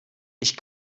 ich